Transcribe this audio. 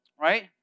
right